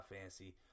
fancy